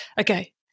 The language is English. Okay